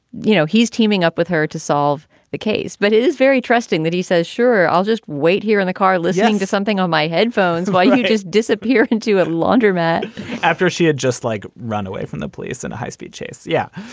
you know, he's teaming up with her to solve the case. but it is very trusting that he says, sure, i'll just wait here in the car listening to something on my headphones while you just disappear into a laundromat after she had just like run away from the police in a high speed chase yeah.